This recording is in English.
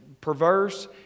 perverse